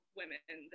women